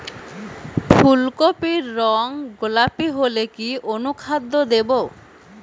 ফুল কপির রং গোলাপী হলে কি অনুখাদ্য দেবো?